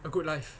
a good life